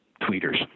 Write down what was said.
tweeters